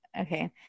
Okay